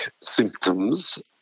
symptoms